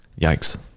Yikes